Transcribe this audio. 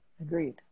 Agreed